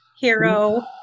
hero